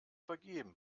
vergeben